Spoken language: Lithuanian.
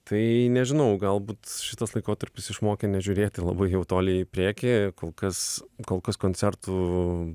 tai nežinau galbūt šitas laikotarpis išmokė nežiūrėti labai jau toli į priekį kol kas kol kas koncertų